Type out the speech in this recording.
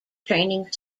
training